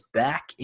back